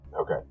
Okay